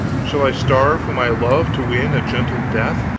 shall i starve whom i love, to win a gentle death?